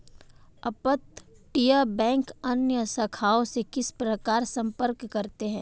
अपतटीय बैंक अन्य शाखाओं से किस प्रकार संपर्क करते हैं?